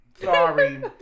Sorry